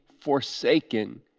forsaken